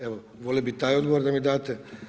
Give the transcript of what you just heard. Evo, volio bih taj odgovor da mi date.